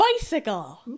bicycle